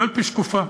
קלפי שקופה,